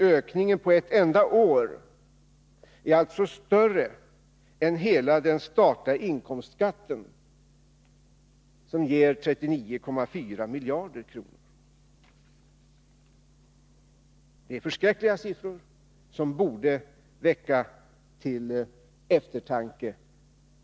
Ökningen på ett enda år är alltså större än hela den statliga inkomstskatten, som ger 39,4 miljarder kronor. Det är förskräckliga siffror, som borde mana regeringen till eftertanke.